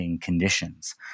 Conditions